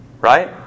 Right